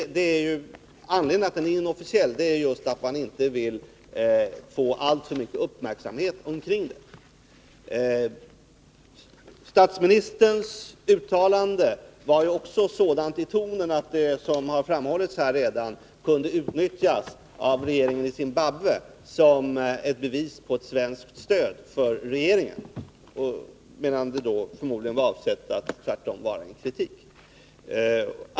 Anledningen till att kontakten skall vara inofficiell är just att man inte vill skapa alltför stor uppmärksamhet kring denna. Tonen i statsministerns uttalande var, som redan framhållits här, sådan att uttalandet kunde utnyttjas av regeringen i Zimbabwe som ett bevis på svenskt stöd för regeringen där. Men förmodligen var det tvärtom så, att uttalandet var avsett att utgöra kritik mot regeringen i Zimbabwe.